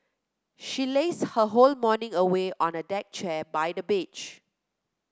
she lazed her whole morning away on a deck chair by the beach